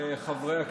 חברי הכנסת,